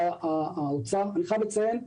אני חייב לציין,